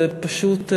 זה פשוט,